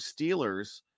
Steelers